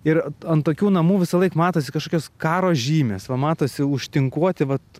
ir ant tokių namų visąlaik matosi kažkokios karo žymės va matosi užtinkuoti vat